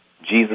Jesus